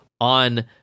on